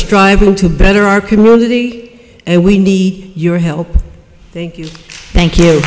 striving to better our community and we need your help thank you thank you